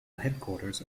headquarters